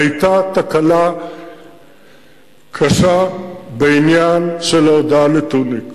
היתה תקלה קשה בעניין של ההודעה לטוניק.